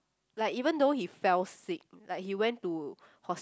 like even though he fell sick like he went to hos~